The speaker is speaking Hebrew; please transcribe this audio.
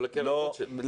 לא לקרן רוטשילד.